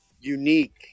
unique